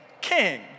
king